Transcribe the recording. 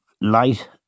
light